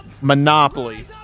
Monopoly